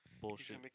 bullshit